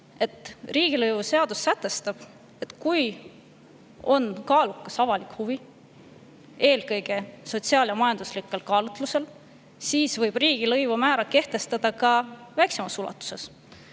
riigilõivuseadus sätestab, et kui on kaalukas avalik huvi, eelkõige sotsiaalsed ja majanduslikud kaalutlused, siis võib riigilõivumäärad kehtestada ka väiksemas ulatuses